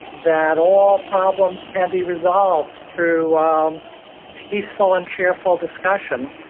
that all problems can be resolved through um peaceful and cheerful discussion.